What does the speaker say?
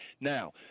now